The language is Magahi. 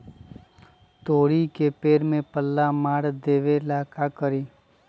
तोड़ी के पेड़ में पल्ला मार देबे ले का करी?